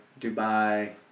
Dubai